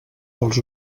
pels